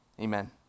amen